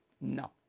no